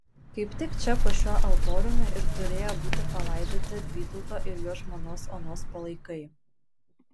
kaip tik čia po šiuo altoriumi ir turėję būti palaidoti vytauto ir jo žmonos onos palaikai